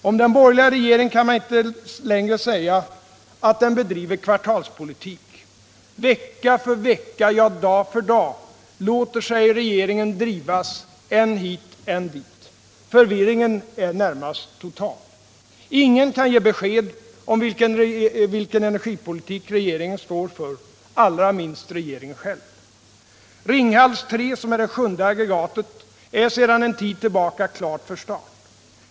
Om den borgerliga regeringen kan man inte längre säga att den bedriver kvartalspolitik. Vecka för vecka — ja, dag för dag — låter sig regeringen drivas än hit än dit. Förvirringen är närmast total. Ingen kan ge besked om vilken energipolitik regeringen står för, allra minst regeringen själv. Ringhals 3, som är det sjunde aggregatet, är sedan en tid tillbaka klart för start.